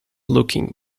looking